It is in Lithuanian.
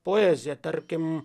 poeziją tarkim